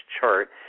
chart